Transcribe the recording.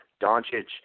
Doncic